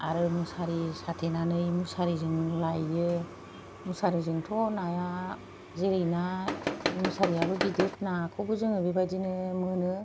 आरो मुसारि साथेनानै मुसारिजों लायो मुसारिजोंथ' नाया जेरै ना मुसारियाबो गिदिर नाखौबो जोङो बेबायदिनो मोनो